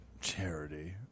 Charity